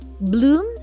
bloom